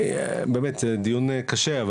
שבאמת דיון קשה,